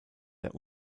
der